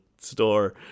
store